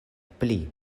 pli